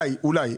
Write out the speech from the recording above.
אולי,